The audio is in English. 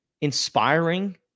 inspiring